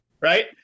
Right